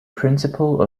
principle